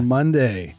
Monday